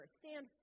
stand